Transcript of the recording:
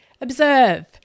observe